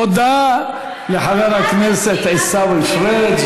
תודה לחבר הכנסת עיסאווי פריג'.